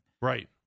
Right